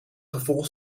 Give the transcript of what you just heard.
gevolg